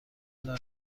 دارد